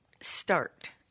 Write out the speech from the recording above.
start